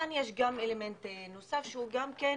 כאן יש אלמנט נוסף, שהוא גם כן,